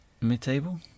mid-table